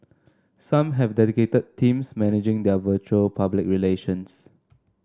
some have dedicated teams managing their virtual public relations